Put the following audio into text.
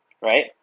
right